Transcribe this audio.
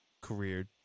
career